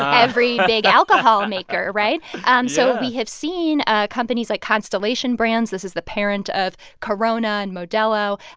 every big alcohol maker, right? and so we have seen ah companies like constellation brands this is the parent of corona and modelo.